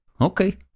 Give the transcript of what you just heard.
okay